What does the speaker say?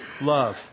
love